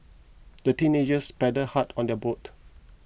the teenagers paddled hard on their boat